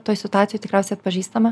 toj situacijoj tikriausiai atpažįstame